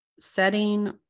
setting